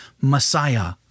Messiah